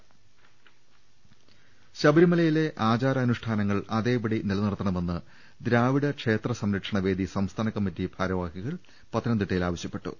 രദ്ദേഷ്ടങ ശബരിമലയിലെ ആചാരാനുഷ്ഠാനങ്ങൾ അതേപടി നിലനിർത്തണമെന്ന് ദ്രാവിഡ ക്ഷേത്ര സംരക്ഷണ വേദി സംസ്ഥാന കമ്മിറ്റി ഭാരവാഹികൾ പത്തനംതിട്ടയിൽ ആവശ്യപ്പെട്ടു